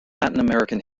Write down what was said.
american